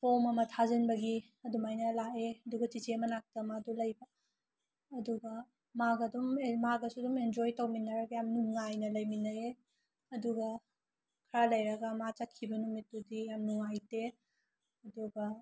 form ꯑꯃ ꯊꯥꯖꯤꯟꯕꯒꯤ ꯑꯗꯨꯃꯥꯏꯅ ꯂꯥꯛꯑꯦ ꯑꯗꯨꯒ ꯆꯤꯆꯦ ꯃꯅꯥꯛꯇ ꯃꯥꯗꯣ ꯂꯩꯕ ꯑꯗꯨꯒ ꯃꯥꯒ ꯑꯗꯨꯝ ꯃꯥꯒꯁꯨ ꯑꯗꯨꯝ ꯑꯦꯟꯖꯣꯏ ꯇꯧꯃꯤꯟꯅꯔꯒ ꯌꯥꯝ ꯅꯨꯡꯉꯥꯏꯅ ꯂꯩꯃꯤꯟꯅꯩꯑꯦ ꯑꯗꯨꯒ ꯈꯔꯥ ꯂꯩꯔꯒ ꯃꯥ ꯆꯠꯈꯤꯕ ꯅꯨꯃꯤꯠꯇꯨꯗꯤ ꯌꯥꯝ ꯅꯨꯡꯉꯥꯏꯇꯦ ꯑꯗꯨꯒ